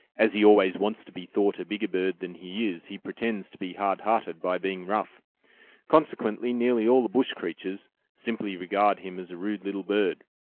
as he always wants to be thought a bigger bird than he is, he pretends to be hard-hearted by being rough consequently, nearly all the bush creatures simply regard him as a rude little bird,